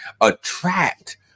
attract